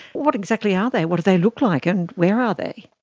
what exactly are they, what do they look like, and where are they?